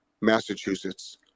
Massachusetts